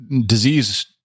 disease